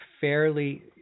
fairly